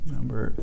Number